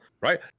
right